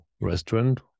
restaurant